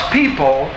people